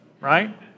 right